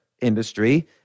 industry